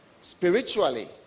spiritually